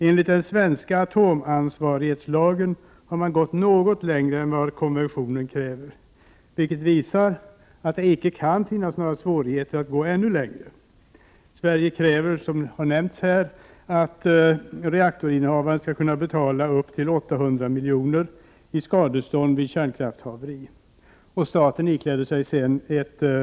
Enligt den svenska atomansvarighetslagen har man gått något längre än vad konventionen kräver, vilket visar att det inte kan finnas några svårigheter att gå ännu längre. Sverige kräver sålunda att reaktorinnehavaren skall kunna betala upp till 800 milj.kr. i skadestånd vid kärnkraftshaveri. Staten ikläder sig sedan ett ansvar så, att Prot.